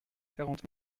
quarante